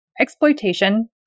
exploitation